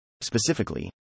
Specifically